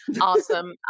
Awesome